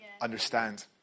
understand